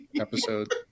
episode